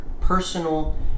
personal